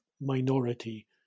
minority